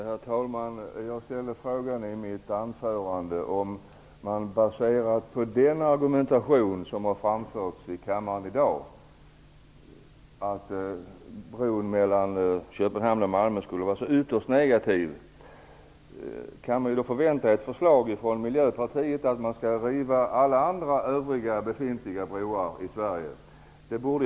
Herr talman! Jag ställde i mitt anförande, baserat på den i kammaren i dag framförda argumentationen för att bron mellan Köpenhamn och Malmö skulle vara ytterst negativ, frågan om vi kan förvänta oss ett förslag från Miljöpartiet om att alla befintliga broar i Sverige skall rivas.